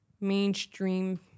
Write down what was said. mainstream